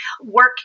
work